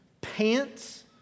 pants